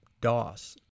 DOS